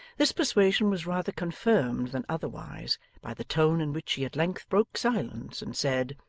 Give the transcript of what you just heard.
this persuasion was rather confirmed than otherwise by the tone in which she at length broke silence and said,